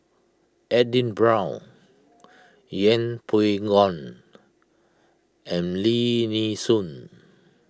Edwin Brown Yeng Pway Ngon and Lim Nee Soon